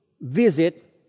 visit